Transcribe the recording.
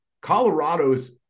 Colorado's